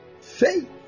Faith